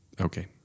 Okay